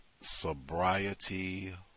Sobriety